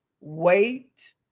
wait